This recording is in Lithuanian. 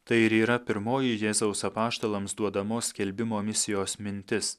tai ir yra pirmoji jėzaus apaštalams duodamos skelbimo misijos mintis